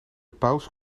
paus